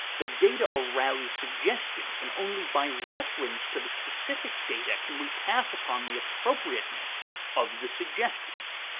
the data arouse suggestions, and only by reference to the specific data can we pass upon the appropriateness of the suggestions.